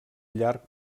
llarg